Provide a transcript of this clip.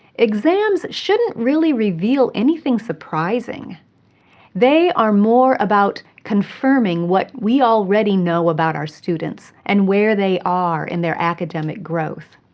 exams shouldn't really reveal anything surprising they are more about confirming what we already know about our students and where they are in their academic growth.